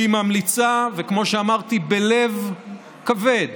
והיא ממליצה לכנסת, כמו שאמרתי, בלב כבד